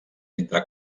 entre